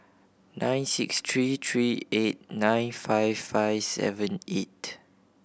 nine six three three eight nine five five seven eight